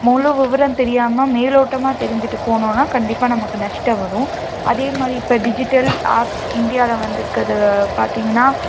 முழு விவரம் தெரியாமல் மேலோட்டமாக தெரிஞ்சுட்டு போனோன்னால் கண்டிப்பாக நமக்கு நஷ்டம் வரும் அதே மாதிரி இப்போ டிஜிட்டல் ஆர்ட்ஸ் இந்தியாவில் வந்திருக்கறது பார்த்தீங்கன்னா